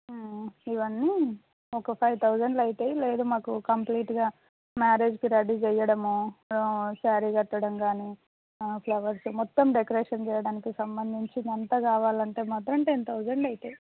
ఇవన్నీ ఒక ఫైవ్ తౌజండ్లో అవుతాయి లేదు మాకు కంప్లీట్గా మ్యారేజ్కి రెడీ చెయ్యడము శారీ కట్టడం గానీ ఫ్లవర్స్ మొత్తం డెకరేషన్ చేయడానికి సంబంధించిందంతా కావాలంటే మాత్రం టెన్ తౌజండ్ అయితయి